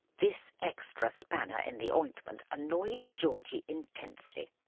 this extra spanner in the ointment annoyed georgie intensely.